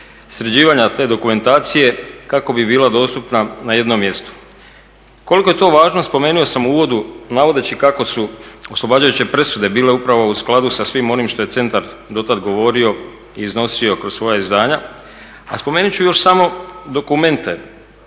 sređivanja te dokumentacije kako bi bila dostupna na jednom mjestu. Koliko je to važno spomenuo sam u uvodu navodeći kako su oslobađajuće presude bile upravo u skladu sa svim onim što je centar do tad govorio i iznosio kroz svoja izdanja, a spomenut ću još samo dokumente